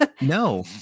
no